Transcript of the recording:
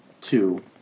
Two